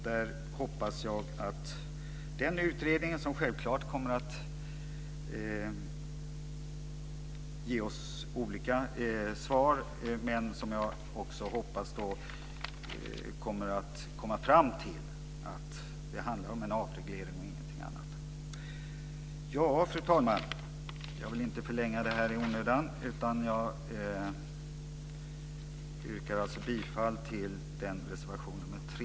Jag hoppas att utredningen, som kommer att ge oss olika svar, kommer fram till att det handlar om en avreglering och ingenting annat. Fru talman! Jag vill inte förlänga i onödan utan yrkar bifall till reservation nr 3.